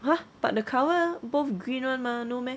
!huh! but the colour both green [one] mah no meh